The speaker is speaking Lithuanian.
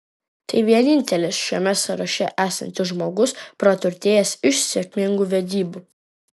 tai vienintelis šiame sąraše esantis žmogus praturtėjęs iš sėkmingų vedybų